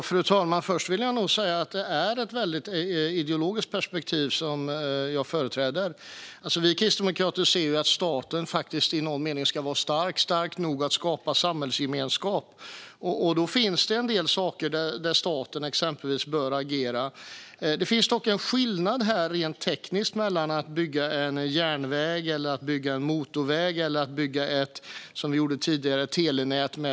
Fru talman! Först vill jag nog säga att det är ett ideologiskt perspektiv som jag företräder. Vi kristdemokrater anser att staten i någon mening ska vara stark - stark nog att skapa samhällsgemenskap. Då finns det en del saker där staten exempelvis bör agera. Det finns dock en skillnad rent tekniskt mellan detta nät och att bygga en järnväg, en motorväg eller ett telenät med koppar, som vi gjorde tidigare.